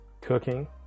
cooking